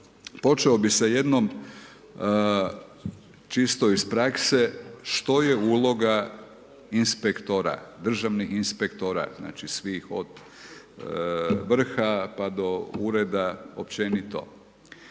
počeo bih sa jednom čisto iz prakse što je uloga inspektora, državnih inspektora, znači svih od vrha pa do ureda, općenito.